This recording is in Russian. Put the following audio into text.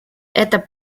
это